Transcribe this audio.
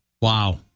Wow